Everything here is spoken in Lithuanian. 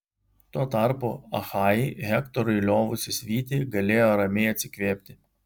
tuo tarpu achajai hektorui liovusis vyti galėjo ramiai atsikvėpti